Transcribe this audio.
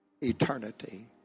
eternity